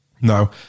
No